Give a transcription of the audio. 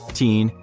teen,